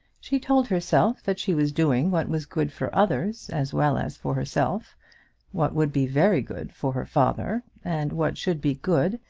she told herself that she was doing what was good for others as well as for herself what would be very good for her father, and what should be good,